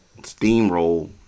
steamroll